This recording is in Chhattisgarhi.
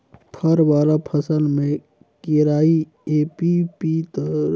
फर वाला फसल में केराएपपीताएजामएमूनगा के फसल लगाल जा सकत हे बने कमई हे